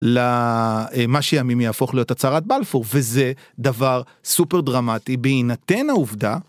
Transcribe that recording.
למה שלימים יהפוך להיות הצהרת בלפור וזה דבר סופר דרמטי בהינתן העובדה